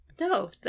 No